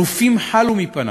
אלופים חלו מפניו,